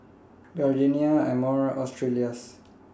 Gardenia Amore and Australis